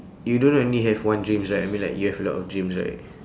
you don't only have one dreams right I mean like you have a lot of dreams right